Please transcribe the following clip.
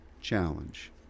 challenge